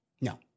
No